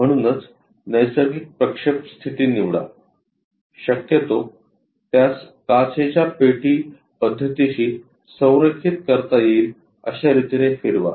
म्हणूनच नैसर्गिक प्रक्षेप स्थिती निवडा शक्यतो त्यास काचेच्या पेटी पद्धतीशी संरेखित करता येईल अशा रितीने फिरवा